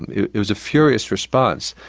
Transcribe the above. and it it was a furious response,